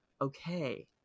okay